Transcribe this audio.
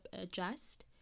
adjust